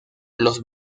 los